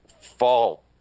fall